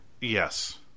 Yes